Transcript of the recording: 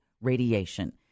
radiation